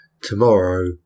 Tomorrow